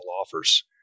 offers